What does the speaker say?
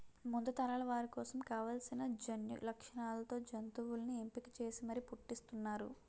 ముందు తరాల వారి కోసం కావాల్సిన జన్యులక్షణాలతో జంతువుల్ని ఎంపిక చేసి మరీ పుట్టిస్తున్నారు